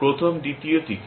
প্রথম দ্বিতীয় তৃতীয়